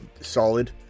solid